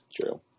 true